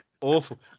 Awful